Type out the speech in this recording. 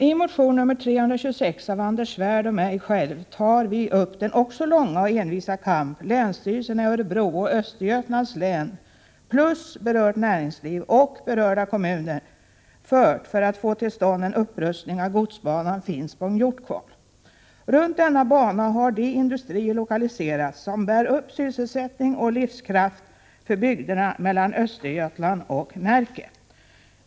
I motion 326 av Anders Svärd och mig tar vi upp den också långa och envisa kamp som länsstyrelserna i Örebro län och Östergötlands län plus berört näringsliv och berörda kommuner har fört för att få till stånd en upprustning av godsbanan Finspång-Hjortkvarn. Runt denna bana har de industrier lokaliserats som bär upp sysselsättningen och livskraften i bygderna mellan Östergötland och Närke.